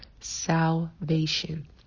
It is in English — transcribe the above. salvation